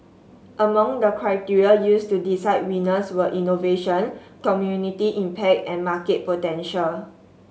among the criteria used to decide winners were innovation community impact and market potential